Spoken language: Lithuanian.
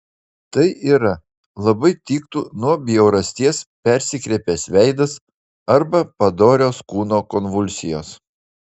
tai yra labai tiktų nuo bjaurasties persikreipęs veidas arba padorios kūno konvulsijos